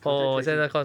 contact tracing